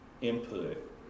input